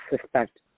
suspect